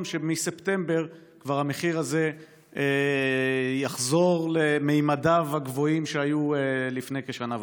שמספטמבר המחיר הזה כבר יחזור לממדיו הגבוהים שהיו לפני כשנה וחצי.